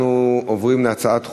אנחנו עוברים להצעת חוק,